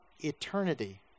eternity